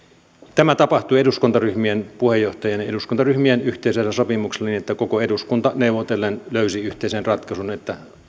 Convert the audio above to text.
tämä tapahtui eduskuntaryhmien puheenjohtajien ja eduskuntaryhmien yhteisellä sopimuksella niin että koko eduskunta neuvotellen löysi yhteisen ratkaisun että